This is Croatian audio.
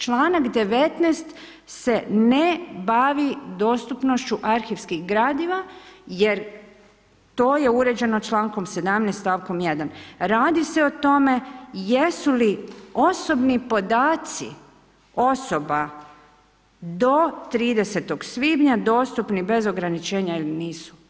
Članak 19. se ne bavi dostupnošću arhivskih gradiva, jer to je uređeno čl.17. stavkom 1. Radi se o tome, jesu li osobni podaci osoba, do 30.5. dostupni bez ograničenja ili nisu.